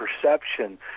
perception